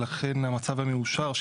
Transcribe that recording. ולכן המצב המאושר,